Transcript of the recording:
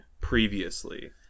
previously